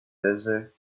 desert